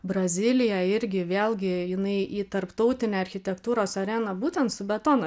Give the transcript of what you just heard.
brazilija irgi vėlgi jinai į tarptautinę architektūros areną būtent su betono